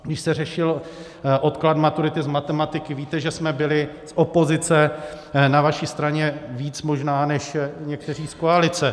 Když se řešil odklad maturity z matematiky, víte, že jsme byli z opozice na vaší straně víc možná než někteří z koalice.